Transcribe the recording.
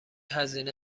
هزینه